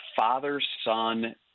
father-son